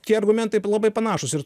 tie argumentai labai panašūs ir